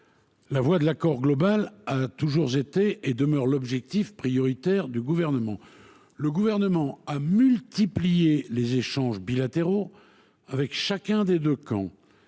Parvenir à un accord global a toujours été et demeure l’objectif prioritaire du Gouvernement. Ce dernier a multiplié les échanges bilatéraux avec chacun des deux camps,